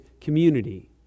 community